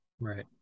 Right